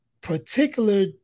particular